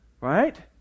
Right